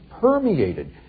permeated